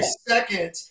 second